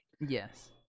yes